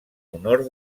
honor